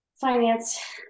finance